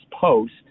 post